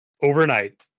overnight